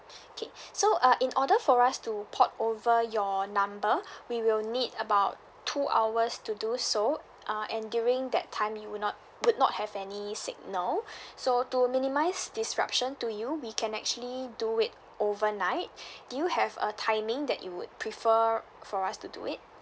okay so uh in order for us to port over your number we will need about two hours to do so uh and during that time you would not would not have any signal so to minimise disruption to you we can actually do wait overnight do you have a timing that you would prefer for us to do it